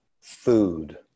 food